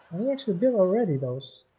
we actually build already those